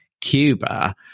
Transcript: Cuba